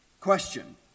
question